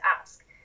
ask